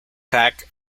pack